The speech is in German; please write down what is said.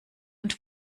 und